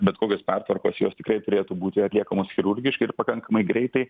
bet kokios pertvarkos jos tikrai turėtų būti atliekamos chirurgiškai ir pakankamai greitai